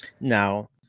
Now